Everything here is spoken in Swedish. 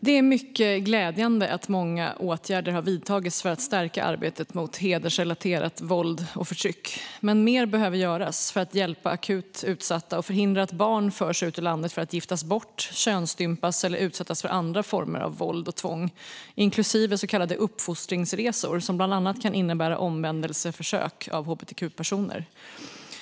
Det är mycket glädjande att många åtgärder har vidtagits för att stärka arbetet mot hedersrelaterat våld och förtryck. Men mer behöver göras för att hjälpa akut utsatta och förhindra att barn förs ut ur landet för att giftas bort, könsstympas eller utsättas för andra former av våld och tvång, inklusive så kallade uppfostringsresor som bland annat kan innebära omvändelseförsök riktade mot hbtq-personer.